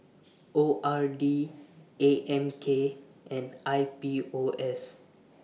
O R D A M K and I P O S